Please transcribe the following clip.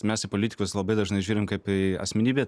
mes į politikus labai dažnai žiūrim kaip į asmenybę